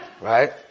right